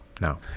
No